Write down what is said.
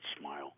smile